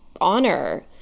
honor